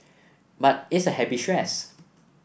but it's a happy stress